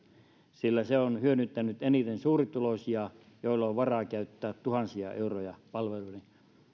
sillä se on hyödyttänyt eniten suurituloisia joilla on varaa käyttää tuhansia euroja palveluiden